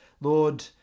Lord